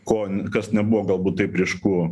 ko kas nebuvo galbūt taip ryšku